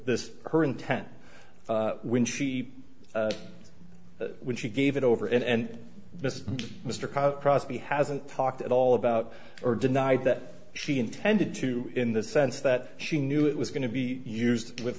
this her intent when she when she gave it over and mr mr crosby hasn't talked at all about or denied that she intended to in the sense that she knew it was going to be used with